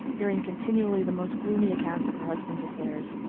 hearing continually the most gloomy accounts of her husband's affairs,